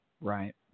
right